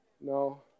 no